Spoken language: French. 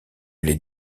les